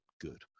good